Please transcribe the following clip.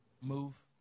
Move